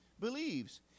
believes